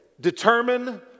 determine